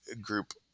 group